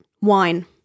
wine